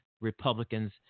Republicans